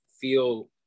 feel